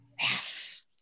Yes